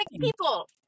people